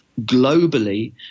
globally